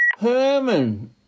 Herman